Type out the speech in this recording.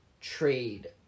trade